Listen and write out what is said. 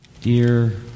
Dear